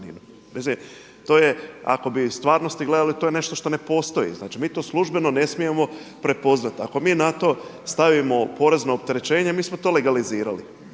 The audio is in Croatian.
To je ako bi u stvarnosti gledali to je nešto što ne postoji, znači mi to službeno ne smijemo prepoznati. Ako mi na to stavimo porezno opterećenje mi smo to legalizirali.